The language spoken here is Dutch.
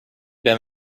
ben